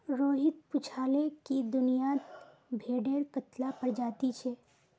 रोहित पूछाले कि दुनियात भेडेर कत्ला प्रजाति छे